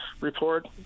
report